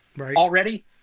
already